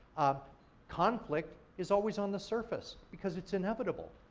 conflict is always on the surface because it's inevitable.